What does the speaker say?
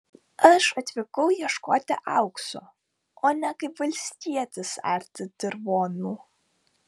aš atvykau ieškoti aukso o ne kaip valstietis arti dirvonų